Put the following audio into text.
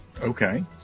Okay